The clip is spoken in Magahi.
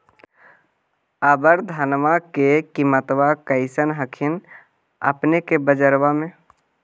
अबर धानमा के किमत्बा कैसन हखिन अपने के बजरबा में?